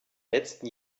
letzten